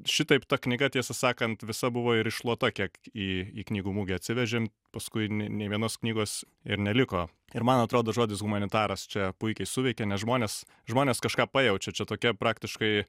šitaip ta knyga tiesą sakant visa buvo ir iššluota kiek į į knygų mugę atsivežėm paskui nė nė vienos knygos ir neliko ir man atrodo žodis humanitaras čia puikiai suveikė nes žmonės žmonės kažką pajaučia čia tokią praktiškai